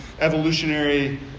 evolutionary